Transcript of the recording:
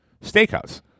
steakhouse